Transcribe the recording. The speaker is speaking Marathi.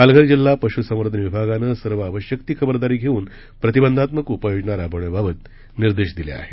पालघर जिल्हा पशुसंवर्धन विभागानं सर्व आवश्यक ती खबरदारी घेऊन प्रतिबंधात्मक उपाययोजना राबवण्याबाबत निर्देश दिले आहेत